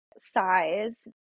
size